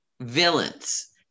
villains